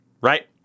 right